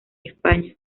españa